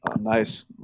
Nice